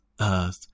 earth